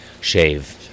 Shave